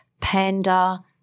Panda